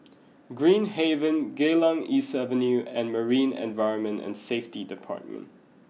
Green Haven Geylang East Avenue and Marine Environment and Safety Department